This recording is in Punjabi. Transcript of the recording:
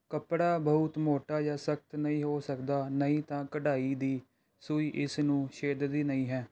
ਕੱਪੜਾ ਬਹੁਤ ਮੋਟਾ ਜਾਂ ਸਖਤ ਨਹੀਂ ਹੋ ਸਕਦਾ ਨਹੀਂ ਤਾਂ ਕਢਾਈ ਦੀ ਸੂਈ ਇਸ ਨੂੰ ਛੇਦਦੀ ਨਹੀਂ ਹੈ